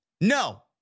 No